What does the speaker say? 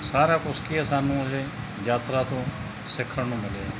ਸਾਰਾ ਕੁਛ ਕੀ ਹੈ ਸਾਨੂੰ ਇਹ ਯਾਤਰਾ ਤੋਂ ਸਿੱਖਣ ਨੂੰ ਮਿਲਿਆ